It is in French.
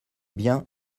bien